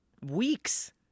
weeks